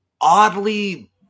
oddly